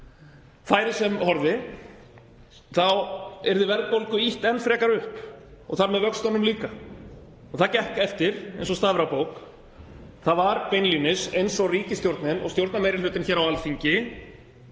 fram færi sem horfði þá yrði verðbólgu ýtt enn frekar upp og þar með vöxtunum líka. Og það gekk eftir eins og stafur á bók. Það var beinlínis eins og ríkisstjórnin og stjórnarmeirihlutinn hér á Alþingi